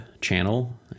channel